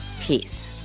Peace